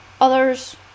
Others